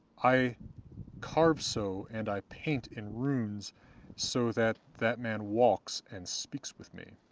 i carve so and i paint in runes so that that man walks and speaks with me.